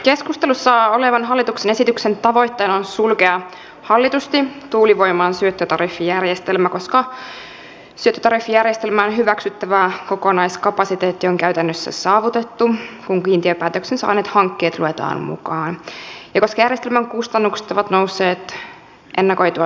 keskustelussa olevan hallituksen esityksen tavoitteena on sulkea hallitusti tuulivoiman syöttötariffijärjestelmä koska syöttötariffijärjestelmän hyväksyttävä kokonaiskapasiteetti on käytännössä saavutettu kun kiintiöpäätöksen saaneet hankkeet luetaan mukaan ja koska järjestelmän kustannukset ovat nousseet ennakoitua suuremmiksi